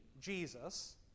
Jesus